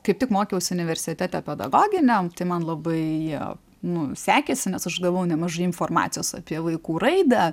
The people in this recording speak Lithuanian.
kaip tik mokiausi universitete pedagoginiam tai man labai nu sekėsi nes aš gavau nemažai informacijos apie vaikų raidą